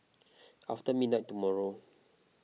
after midnight tomorrow